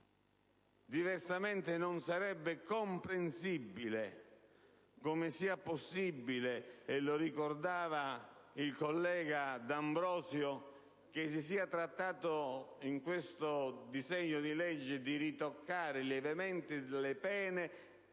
Diversamente non sarebbe comprensibile come sia possibile - lo ricordava il collega D'Ambrosio - che si sia trattato in questo disegno di legge di ritoccare lievemente le pene,